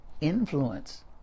influence